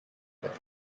there